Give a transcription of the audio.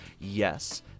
Yes